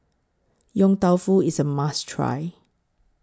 Yong Tau Foo IS A must Try